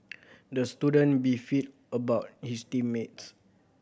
the student beefed about his team mates